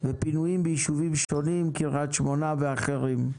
ופינויים ביישובים שונים, קרית שמונה ואחרים.